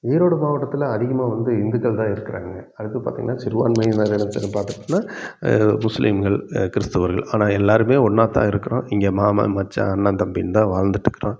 ஈரோடு மாவட்டத்தில் அதிகமாக வந்து இந்துக்கள் தான் இருக்கிறாங்க அடுத்து பார்த்திங்ன்னா சிறுபான்மை இனத்தில்னு பார்த்துக்கிட்டோம்னா முஸ்லீம்கள் கிறிஸ்துவர்கள் ஆனால் எல்லாேருமே ஒன்றாத்தான் இருக்கிறோம் இங்கே மாமன் மச்சான் அண்ணன் தம்பின்னு தான் வாழ்ந்துட்ருக்குறோம்